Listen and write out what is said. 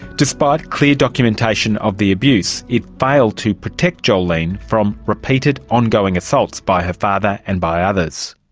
despite clear documentation of the abuse, it failed to protect jolene from repeated ongoing assaults by her father and by others.